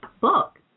book